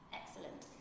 excellent